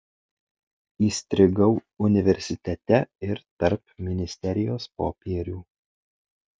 įstrigau universitete ir tarp ministerijos popierių